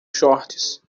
shorts